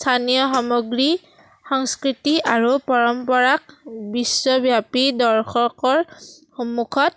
স্থানীয় সামগ্ৰী সংস্কৃতি আৰু পৰম্পৰাক বিশ্বব্যাপী দৰ্শকৰ সন্মুখত